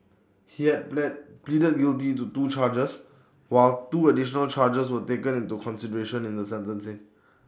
he had pleaded guilty to two charges while two additional charges were taken into consideration in the sentencing